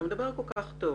אתה מדבר כל כך טוב.